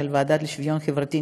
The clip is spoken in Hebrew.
של הוועדה לשוויון חברתי,